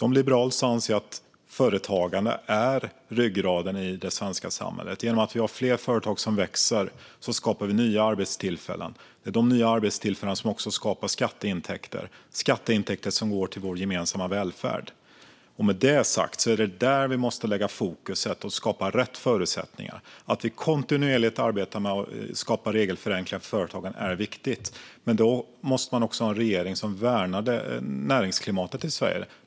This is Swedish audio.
Som liberal anser jag att företagande är ryggraden i det svenska samhället. Genom att vi har fler företag som växer skapar vi nya arbetstillfällen. Det är de nya arbetstillfällena som skapar skatteintäkter, och de skatteintäkterna går till vår gemensamma välfärd. Med det sagt är det där vi måste lägga fokus och skapa rätt förutsättningar. Att vi kontinuerligt arbetar med att skapa regelförenklingar för företagen är viktigt, men då måste vi ha en regering som värnar näringsklimatet i Sverige.